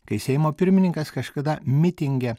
kai seimo pirmininkas kažkada mitinge